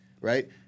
right